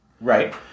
Right